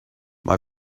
mae